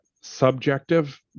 subjective